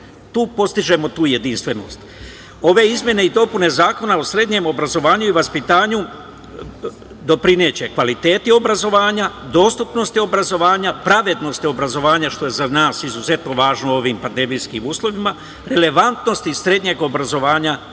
postižemo tu jedinstvenost, i ove izmene i dopune zakona o srednjem obrazovanju i vaspitanju, doprineće kvalitetu obrazovanja, dostupnosti obrazovanja, pravednosti obrazovanja, što je za nas izuzetno važno u ovim pandemijskim uslovima, relevantnosti srednjeg obrazovanja